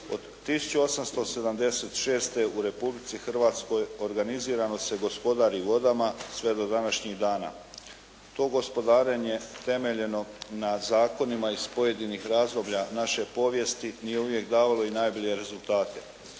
Od 1876. u Republici Hrvatskoj organizirano se gospodari vodama sve do današnjih dana. To gospodarenje temeljeno na zakonima iz pojedinih razdoblja naše povijesti nije uvijek davalo i najbolje rezultate.